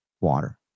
water